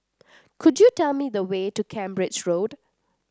could you tell me the way to Cambridge Road